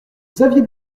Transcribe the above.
xavier